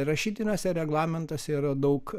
rašytiniuose reglamentuose yra daug